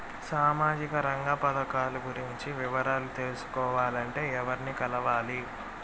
సామాజిక రంగ పథకాలు గురించి వివరాలు తెలుసుకోవాలంటే ఎవర్ని కలవాలి?